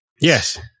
Yes